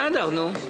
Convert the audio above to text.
בסדר, נו.